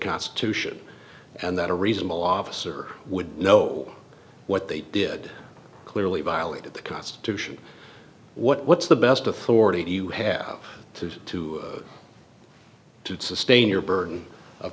constitution and that a reasonable officer would know what they did clearly violated the constitution what's the best authority you have to to to sustain your burden of